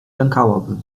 lękałabym